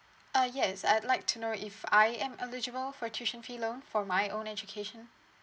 uh yes I'd like to know if I am eligible for tuition fee loan for my own education